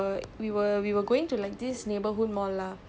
then